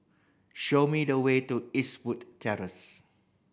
show me the way to Eastwood Terrace